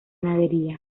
ganadería